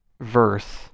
verse